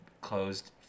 closed